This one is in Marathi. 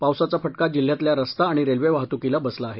पावसाचा फटका जिल्ह्यातील्या रस्ता आणि रेल्वे वाहतूकीलाही बसला आहे